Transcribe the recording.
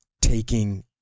taking